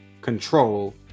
control